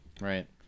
right